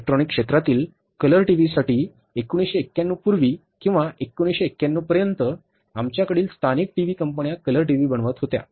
electronics क्षेत्रातील colour टीव्हीसाठी 1991 पूर्वी किंवा 1991 पर्यंत म्हणा आमच्याकडील स्थानिक टीव्ही कंपन्या कलर टीव्ही बनवत होत्या